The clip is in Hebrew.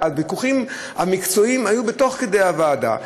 והוויכוחים המקצועיים היו תוך כדי הוועדה.